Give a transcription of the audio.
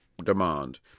demand